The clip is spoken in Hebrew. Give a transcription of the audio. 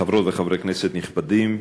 חברות וחברי כנסת נכבדים,